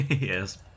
Yes